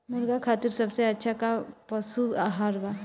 मुर्गा खातिर सबसे अच्छा का पशु आहार बा?